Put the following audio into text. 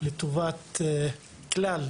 לטובת כלל